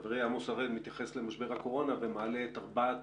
חברי עמוס הראל מתייחס למשבר הקורונה ומעלה את ארבעת